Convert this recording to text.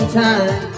time